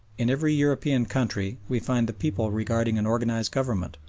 in every european country we find the people regarding an organised government,